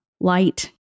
light